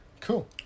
cool